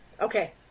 Okay